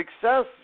success